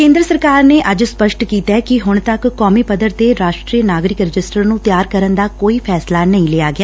ਕੇਂਦਰ ਸਰਕਾਰ ਨੇ ਅੱਜ ਸਪੱਸ਼ਟ ਕੀਤੈ ਕਿ ਹੁਣ ਤੱਕ ਕੌਮੀ ਪੱਧਰ ਤੇ ਰਾਸ਼ਟਰੀ ਨਾਗਰਿਕ ਰਜਿਸਟਰ ਨੂੰ ਤਿਆਰ ਕਰਨ ਦਾ ਕੋਈ ਫੈਸਲਾ ਨਹੀਂ ਲਿਆ ਗਿਆ